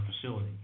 facility